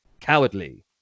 cowardly